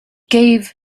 gave